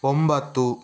ಒಂಬತ್ತು